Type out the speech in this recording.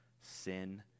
sin